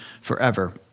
forever